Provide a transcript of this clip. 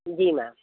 जी ma'am